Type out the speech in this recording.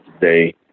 today